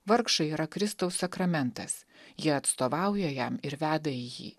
vargšai yra kristaus sakramentas jie atstovauja jam ir veda į jį